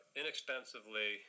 inexpensively